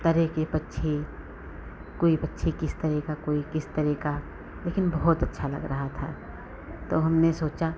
तरह के पक्षी कोई पक्षी किस तरह का कोई किस तरह का लेकिन बहुत अच्छा लग रहा था तो हमने सोचा